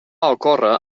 ocorre